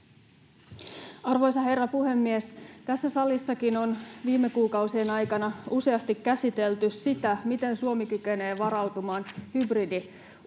Arvoisa herra puhemies! Tässä salissakin on viime kuukausien aikana useasti käsitelty sitä, miten Suomi kykenee varautumaan hybridiuhkilta